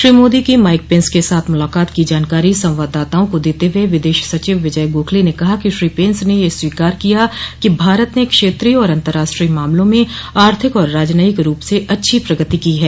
श्री मोदी की Mike Pence के साथ मुलाकात की जानकारी संवाददाताओं को देते हुए विदेश सचिव विजय गोखले ने कहा कि श्री पेन्स ने यह स्वीकार किया कि भारत ने क्षेत्रीय और अंतर्राष्ट्रीय मामलों में आर्थिक और राजनयिक रूप से अच्छी प्रगति की है